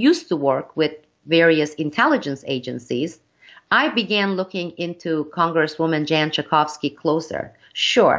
used to work with various intelligence agencies i began looking into congresswoman jan schakowsky closer sure